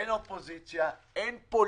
אין אופוזיציה, אין פוליטיקה.